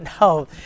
no